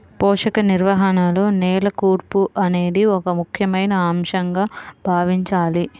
పోషక నిర్వహణలో నేల కూర్పు అనేది ఒక ముఖ్యమైన అంశంగా భావించాలి